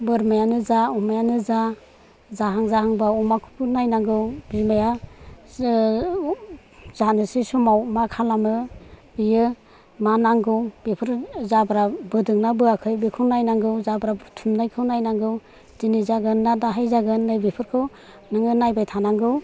बोरमायानो जा अमायानो जा जाहां जाहां बा नायनांगौ बिमाया जानोसै समाव मा खालामो बियो मा नांगौ बेफोर जाब्रा बोदों ना बोआखै बेखौ नायनांगौ जाब्रा बुथुमनायखौ नायनांगौ दिनै जागोन ना दाहाय जागोन बेफोरखौ नों नायबाय थानांगौ